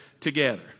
together